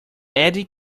eddy